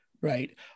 right